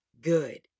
Good